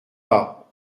pas